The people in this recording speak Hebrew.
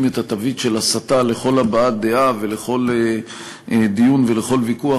את התווית של הסתה לכל הבעת דעה ולכל דיון ולכל ויכוח,